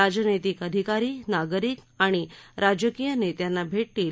राजनैतिक अधिकारी नागरिक आणि राजकीय नेत्याना भेटतील